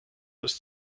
ist